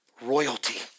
royalty